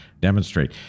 demonstrate